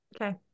okay